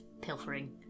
pilfering